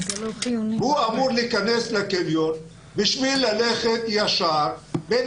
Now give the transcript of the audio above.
הוא אמור להיכנס לקניון כדי ללכת ישר בין